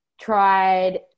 tried